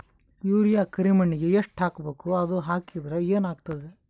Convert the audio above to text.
Urea ಕರಿಮಣ್ಣಿಗೆ ಎಷ್ಟ್ ಹಾಕ್ಬೇಕ್, ಅದು ಹಾಕದ್ರ ಏನ್ ಆಗ್ತಾದ?